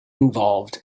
involved